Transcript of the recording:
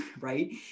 right